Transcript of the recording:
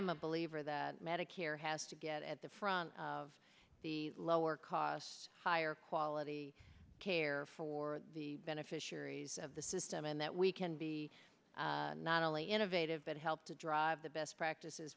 am a believer that medicare has to get at the front of the lower cost higher quality care for the beneficiaries of the system and that we can be not only innovative but help to drive the best practices